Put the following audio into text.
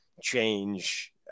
change